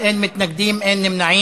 הוראת שעה)